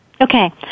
Okay